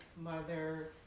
mother